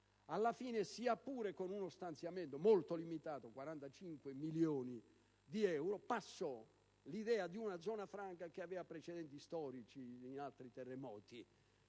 Alla fine, sia pure con uno stanziamento molto limitato (45 milioni di euro), passò l'idea di una zona franca che aveva precedenti storici in altri terremoti